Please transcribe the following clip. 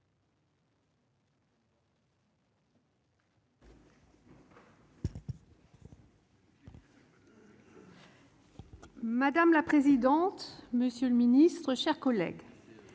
Madame la présidente, monsieur le ministre, mes chers collègues,